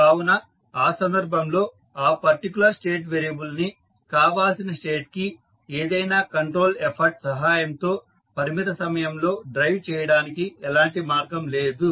కావున ఆ సందర్భంలో ఆ పర్టికులర్ స్టేట్ వేరియబుల్ ని కావాల్సిన స్టేట్ కి ఏదైనా కంట్రోల్ ఎఫర్ట్ సహాయంతో పరిమిత సమయంలో డ్రైవ్ చేయడానికి ఎలాంటి మార్గం లేదు